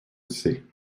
sait